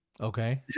Okay